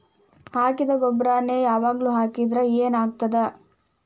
ಹಾಕಿದ್ದ ಗೊಬ್ಬರಾನೆ ಯಾವಾಗ್ಲೂ ಹಾಕಿದ್ರ ಏನ್ ಆಗ್ತದ?